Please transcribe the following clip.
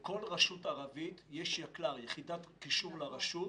שלכל רשות ערבית יש יקל"ר יחידת קישור לרשות.